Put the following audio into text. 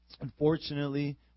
unfortunately